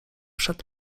przed